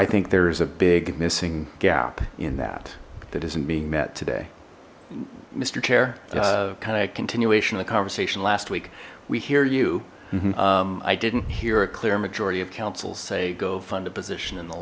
i think there is a big missing gap in that that isn't being met today mister chair a kind of a continuation of the conversation last week we hear you i didn't hear a clear majority of councils say go fund a position in the